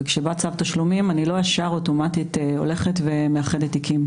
כשבא צו תשלומים אני לא מיד אוטומטית הולכת ומאחדת תיקים.